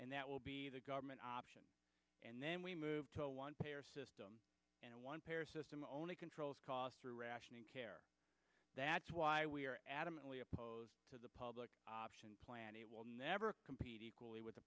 and that will be the government option and then we move to a one payer system and one pair system only controls costs through rationing care that's why we are adamantly opposed to the public option plan it will never compete equally with the